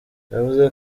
yavuze